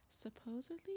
supposedly